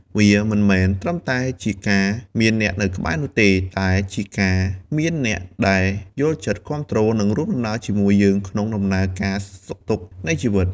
វាមិនមែនត្រឹមតែជាការមានអ្នកនៅក្បែរនោះទេ តែជាការមានអ្នកដែលយល់ចិត្ត គាំទ្រ និងរួមដំណើរជាមួយយើងក្នុងដំណើរសុខទុក្ខនៃជីវិត។